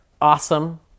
awesome